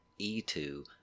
E2